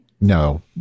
No